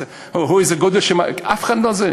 אוהו איזה גודל, אף אחד לא זז.